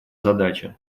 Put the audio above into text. задача